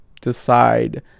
decide